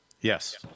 Yes